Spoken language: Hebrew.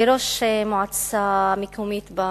וראש מועצה מקומית במשולש.